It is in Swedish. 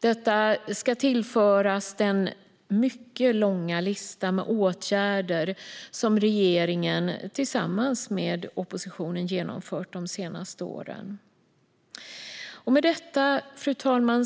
Detta ska tillföras den mycket långa lista med åtgärder som regeringen tillsammans med oppositionen har vidtagit de senaste åren. Fru talman!